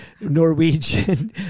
norwegian